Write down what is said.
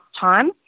time